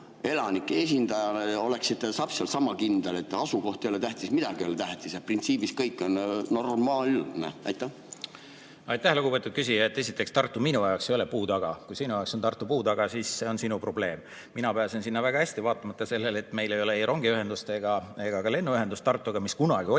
elanike esindajana oleksite täpselt sama kindel, et asukoht ei ole tähtis, midagi ei ole tähtis ja printsiibis on kõik normaalne? Aitäh, lugupeetud küsija! Esiteks, Tartu ei ole minu jaoks puu taga. Kui sinu jaoks on Tartu puu taga, siis see on sinu probleem. Mina pääsen sinna väga hästi, vaatamata sellele, et meil ei ole ei rongiühendust ega ka lennuühendust Tartuga, mis kunagi oli,